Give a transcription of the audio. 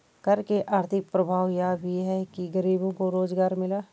कर के आर्थिक प्रभाव यह भी है कि गरीबों को रोजगार मिला